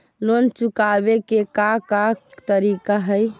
Loan चुकावे के का का तरीका हई?